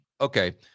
Okay